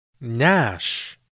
Nash